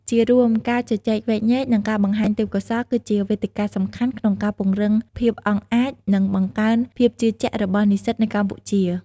ជារួម ការជជែកវែកញែក និងការបង្ហាញទេពកោសល្យគឺជាវេទិកាសំខាន់ក្នុងការពង្រឹងភាពអង់អាច និងបង្កើនភាពជឿជាក់របស់និស្សិតនៅកម្ពុជា។